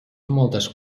moltes